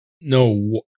no